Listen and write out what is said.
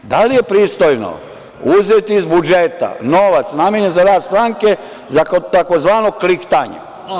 Da li je pristojno uzeti iz budžeta novac namenjen za rad stranke, za takozvano kliktanje?